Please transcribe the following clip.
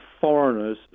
foreigners